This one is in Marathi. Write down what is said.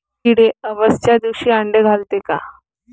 किडे अवसच्या दिवशी आंडे घालते का?